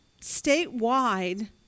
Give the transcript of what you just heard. statewide